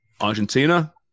Argentina